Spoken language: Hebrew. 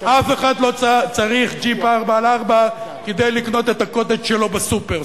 אף אחד לא צריך ג'יפ 4X4 כדי לקנות את ה"קוטג'" שלו בסופר.